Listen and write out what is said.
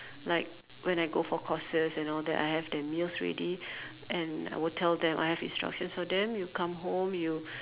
like when I go for courses and all that I have their meals ready and I would tell them I have instructions for them you come home you